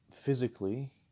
physically